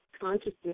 consciousness